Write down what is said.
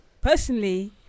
Personally